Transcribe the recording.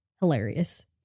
hilarious